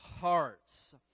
hearts